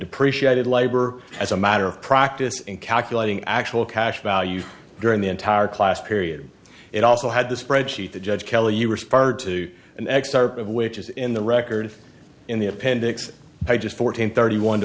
depreciated labor as a matter of practice and calculating actual cash value during the entire class period it also had the spreadsheet the judge kelly you responded to an excerpt of which is in the record in the appendix i just fourteen thirty one to